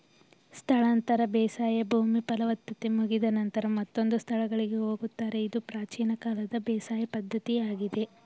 ಸ್ಥಳಾಂತರ ಬೇಸಾಯ ಭೂಮಿ ಫಲವತ್ತತೆ ಮುಗಿದ ನಂತರ ಮತ್ತೊಂದು ಸ್ಥಳಗಳಿಗೆ ಹೋಗುತ್ತಾರೆ ಇದು ಪ್ರಾಚೀನ ಕಾಲದ ಬೇಸಾಯ ಪದ್ಧತಿಯಾಗಿದೆ